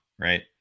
right